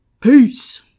Peace